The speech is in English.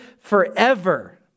forever